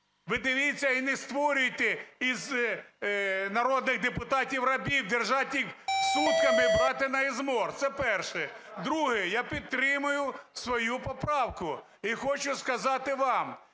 Ви дивіться і не створюйте із народних депутатів рабів - держать їх сутками, брати на измор! Це перше. Друге. Я підтримую свою поправку і хочу сказати вам,